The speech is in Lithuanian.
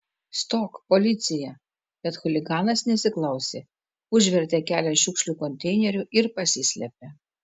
stok policija bet chuliganas nesiklausė užvertė kelią šiukšlių konteineriu ir pasislėpė